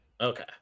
Okay